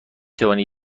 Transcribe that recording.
توانی